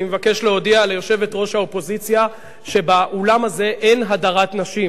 אני מבקש להודיע ליושבת-ראש האופוזיציה שבאולם הזה אין הדרת נשים.